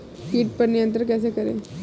कीट पर नियंत्रण कैसे करें?